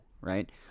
Right